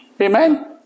amen